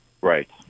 Right